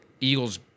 Eagles